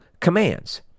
commands